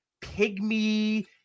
pygmy